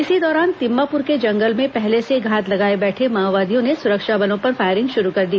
इसी दौरान तिम्मापुर के जंगल में पहले से घात लगाए बैठे माओवादियों ने सुरक्षा बलों पर फायरिंग शुरू कर दी